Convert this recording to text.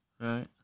right